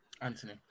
Anthony